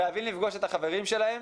חייבים לפגוש את החברים שלהם,